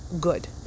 good